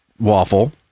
waffle